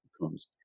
becomes